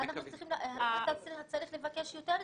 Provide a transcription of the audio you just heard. אתה צריך לבקש יותר זמן.